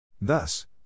Thus